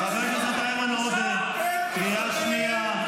חבר הכנסת איימן עודה, קריאה ראשונה.